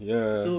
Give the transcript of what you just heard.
ya